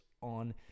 on